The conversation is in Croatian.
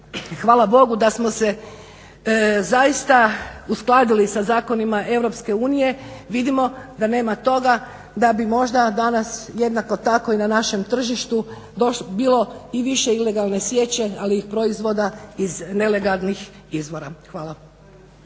hvala Bogu da smo se zaista uskladili sa zakonima EU. Vidimo da nema toga da bi možda danas jednako tako i na našem tržištu bilo i više ilegalne sječe, ali i proizvoda iz nelegalnih izvora. Hvala.